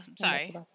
sorry